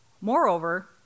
Moreover